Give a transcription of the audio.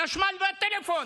החשמל והטלפון.